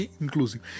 inclusive